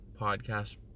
podcast